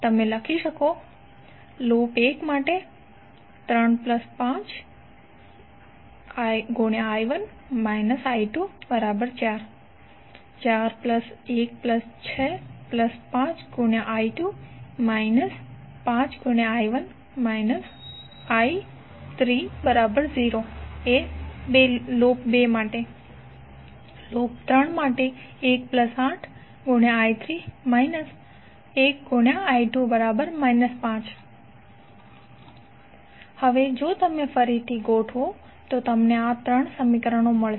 તમે લખી શકો છો લૂપ 1 માટે 3 5I1 − I2 4 લૂપ 2 માટે 4 1 6 5I2 − I1 − I3 0 લૂપ 3 માટે 1 8I3 − I2 −5 હવે જો તમે ફરીથી ગોઠવો તો તમને આ 3 સમીકરણો મળશે